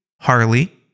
Harley